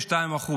הוא 62%,